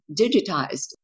digitized